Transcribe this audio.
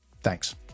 Thanks